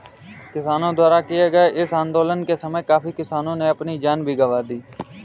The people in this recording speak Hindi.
किसानों द्वारा किए गए इस आंदोलन के समय काफी किसानों ने अपनी जान भी गंवा दी थी